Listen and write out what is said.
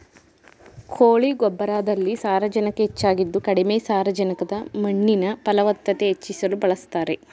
ಕೋಳಿ ಗೊಬ್ಬರದಲ್ಲಿ ಸಾರಜನಕ ಹೆಚ್ಚಾಗಿದ್ದು ಕಡಿಮೆ ಸಾರಜನಕದ ಮಣ್ಣಿನ ಫಲವತ್ತತೆ ಹೆಚ್ಚಿಸಲು ಬಳಸ್ತಾರೆ